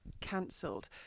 cancelled